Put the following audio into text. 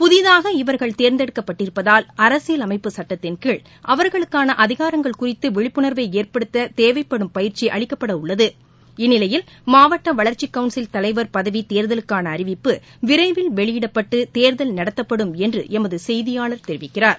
புதிதாக இவர்கள் தேர்ந்தெடுக்கப்பட்டிருப்பதால் அரசியல் அமைப்பு சட்டத்தின் கீழ் அவர்களுக்கான அதிகாரங்கள் குறித்து விழிப்புனா்வை ஏற்படுத்த தேவைப்படும் பயிற்சி அளிக்கப்பட உள்ளது இந்நிலையில் மாவட்ட வளர்ச்சிக் கவுன்சில் தலைவர் பதவி தேர்தலுக்காள அறிவிப்பு விரைவில் வெளியிடப்பட்டு தேர்தல் நடத்தப்படும் என்று எமது செய்தியாளர் தெரிவிக்கிறார்